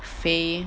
飞